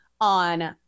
on